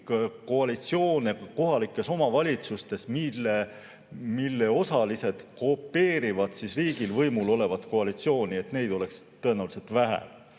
koalitsioone kohalikes omavalitsustes, mille osalised kopeerivad riigis võimul olevat koalitsiooni, oleks tõenäoliselt vähe.